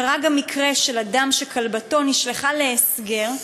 קרה מקרה של אדם שכלבתו נשלחה להסגר,